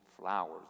flowers